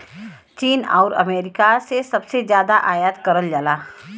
चीन आउर अमेरिका से सबसे जादा आयात करल जाला